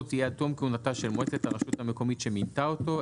תהיה עד תום כהונתה של מועצת הרשות המקומית שמינתה אותו,